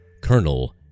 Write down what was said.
colonel